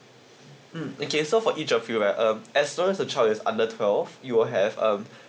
mm okay so for each of you right um as long as the child is under twelve you will have um